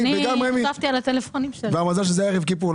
מזל שזה היה ערב כיפור,